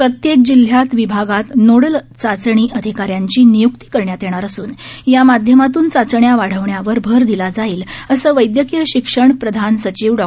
प्रत्येक जिल्ह्यात विभागांत नोडल चाचणी अधिकाऱ्यांची निय्क्ती करण्यात येणार असून या माध्यमातून चाचण्या वाढवण्यावर भर दिला जाईल असं वैद्यकीय शिक्षण प्रधान सचिव डॉ